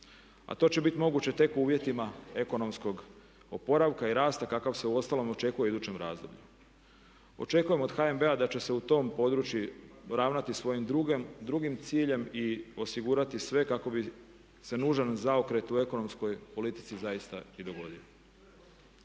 a to će bit moguće tek u uvjetima ekonomskog oporavka i rasta kakav se uostalom očekuje u idućem razdoblju. Očekujem od HNB-a da će se u tom području ravnati svojim drugim ciljem i osigurati sve kako bi se nužan zaokret u ekonomskoj politici zaista i dogodio.